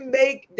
make